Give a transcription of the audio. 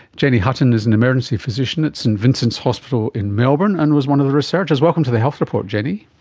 jennie hutton is an emergency physician at st vincent's hospital in melbourne and was one of the researchers. welcome to the health report, jennie.